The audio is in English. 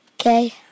Okay